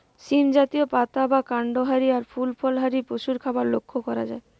সীম জাতীয়, পাতা বা কান্ড হারি আর ফুল ফল হারি পশুর খাবার লক্ষ করা যায়